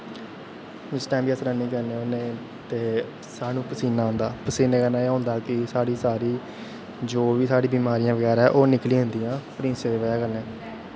जिस टैम बी अस रनिंग करने होन्ने ते सानूं पसीनां आंदा पसीने कन्नै एह् होंदा कि साढ़ी जो बी सीढ़ी बमारियां बगैरा ओह् निकली जंदियां